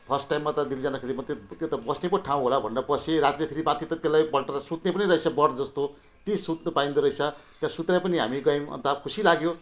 first time म त्यो दिल्ली जाँदाखेरि म चाहिँ त्यो त बस्ने पो ठाउँ होला भनेर बसेँ रातिखेरि बाँकी त त्यसलाई पल्टाएर सुत्ने पनि रहेछ बर्थ जस्तो त्यही सुत्नुपाइँदो रहेछ सुतेर पनि हामी गयौँ अन्त खुसी लाग्यो